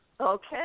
Okay